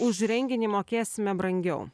už renginį mokėsime brangiau